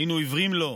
היינו עיוורים לו.